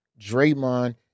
Draymond